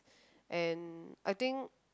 and I think